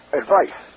advice